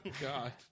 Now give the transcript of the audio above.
God